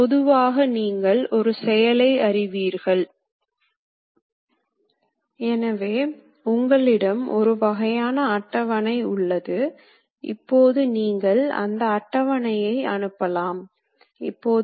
பொதுவாக மனிதரால் சாத்தியமில்லாத துல்லியமான இயந்திரக் கட்டுப்பாட்டுக்கு இந்த வகையான கட்டுப்படுத்திகள் வழிவகுக்கும்